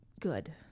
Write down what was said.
good